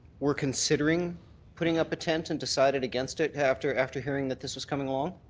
were considering putting up a tent and decided against it after after hearing that this was coming along?